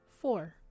Four